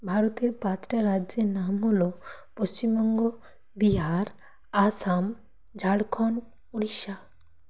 ভারতের পাঁচটা রাজ্যের নাম হলো পশ্চিমবঙ্গ বিহার আসাম ঝাড়খণ্ড উড়িষ্যা